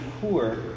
poor